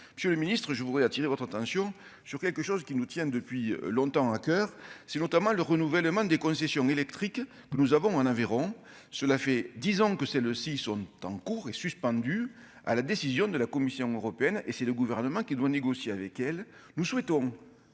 Monsieur le Ministre, je voudrais attirer votre attention sur quelque chose qui nous tiennent depuis longtemps à coeur, c'est notamment le renouvellement des concessions électrique, nous avons en Aveyron, cela fait 10 ans que c'est le six, sont en cours et suspendu à la décision de la Commission européenne et c'est le gouvernement qui doit négocier avec elle, nous souhaitons